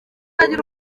agira